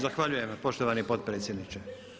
Zahvaljujem vam poštovani potpredsjedniče.